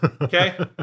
Okay